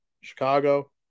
Chicago